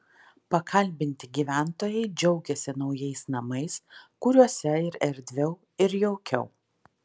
pakalbinti gyventojai džiaugėsi naujais namais kuriuose ir erdviau ir jaukiau